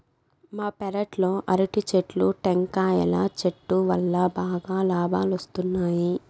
మా పెరట్లో అరటి చెట్లు, టెంకాయల చెట్టు వల్లా బాగా లాబాలొస్తున్నాయి